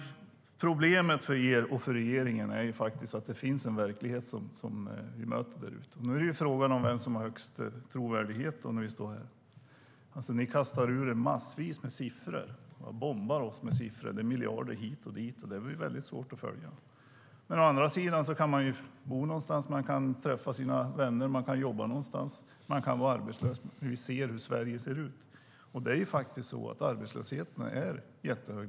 Problemet för er och för regeringen är att det finns en verklighet som vi möter därute. Frågan är vem som har högst trovärdighet när vi står här. Ni kastar ur er massvis med siffror och bombar oss med siffror. Det är miljarder hit och dit, och det är väldigt svårt att följa. Å andra sidan kan man bo någonstans, träffa sina vänner och jobba någonstans, och man kan vara arbetslös. Vi ser hur Sverige ser ut. Arbetslösheten är jättehög.